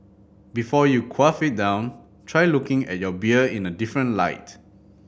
before you quaff it down try looking at your beer in a different light